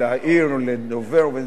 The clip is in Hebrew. להעיר לדובר.